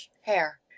hair